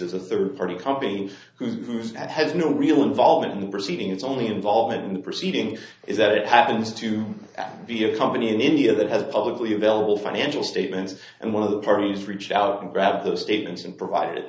as a third party company who is and has no real involvement in the proceeding it's only involved in the proceeding is that it happens to be a company in india that has publicly available financial statements and one of the parties reach out and grab those statements and provide